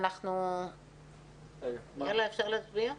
אפשר להצביע?